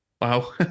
wow